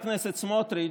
חבל.